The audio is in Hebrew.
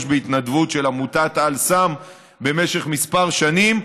בהתנדבות של עמותת אל-סם במשך כמה שנים,